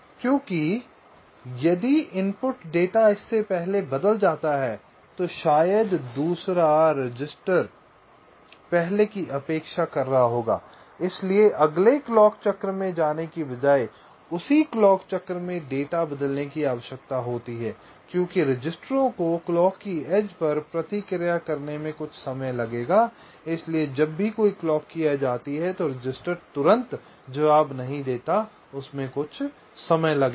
क्योंकि यदि input data इससे पहले बदल जाता है तो शायद दूसरा रजिस्टर पहले की अपेक्षा कर रहा होगा इससे अगले क्लॉक चक्र में जाने के बजाय उसी क्लॉक चक्र में डेटा बदलने की आवश्यकता होती है क्योंकि रजिस्टरों को क्लॉक की एज पर प्रतिक्रिया करने में कुछ समय लगेगा इसलिए जब भी कोई क्लॉक की एज आती है तो रजिस्टर तुरंत जवाब नहीं देता है इसमें कुछ समय लगेगा